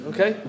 Okay